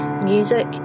Music